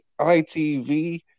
ITV